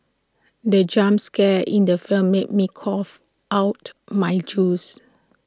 the jump scare in the film made me cough out my juice